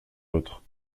l’autre